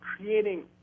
creating